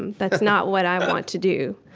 and that's not what i want to do.